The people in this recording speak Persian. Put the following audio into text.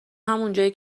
همونجایی